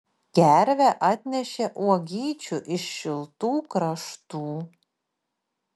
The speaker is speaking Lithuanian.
gervė atnešė uogyčių iš šiltų kraštų